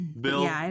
Bill